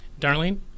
Darlene